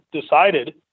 decided